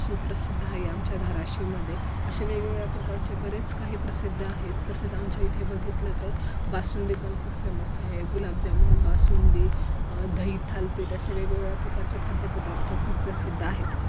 सुप्रसिद्ध आहे आमच्या धाराशिवमध्ये असे वेगवेगळ्या प्रकारचे बरेच काही प्रसिद्ध आहेत तसेच आमच्या इथे बघितलं तर बासुंदीपण खूप फेमस आहे गुलाबजामून बासुंदी दही थालीपीठ असे वेगवेगळ्या प्रकारचे खाद्यपदार्थ खूप प्रसिद्ध आहेत